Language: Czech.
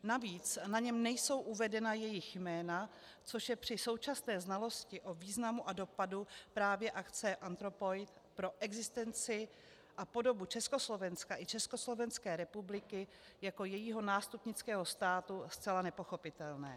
Navíc na něm nejsou uvedena jejich jména, což je při současné znalosti o významu a dopadu právě akce Anthropoid pro existenci a podobu Československa i Československé republiky jako jejího nástupnického státu zcela nepochopitelné.